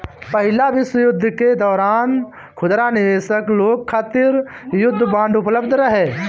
पहिला विश्व युद्ध के दौरान खुदरा निवेशक लोग खातिर युद्ध बांड उपलब्ध रहे